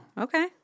Okay